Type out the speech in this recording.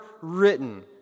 written